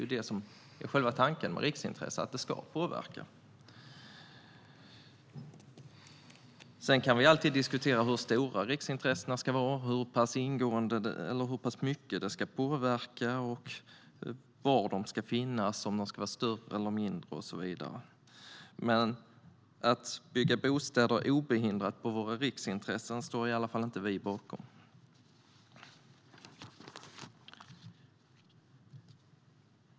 Själva tanken med riksintressen är ju att de ska påverka. Sen kan vi alltid diskutera hur stora riksintressena ska vara, hur pass mycket de ska påverka, var de ska finnas, om de ska vara större eller mindre och så vidare. Men att bygga bostäder obehindrat på våra riksintressen står i alla fall inte vi bakom.